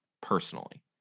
personally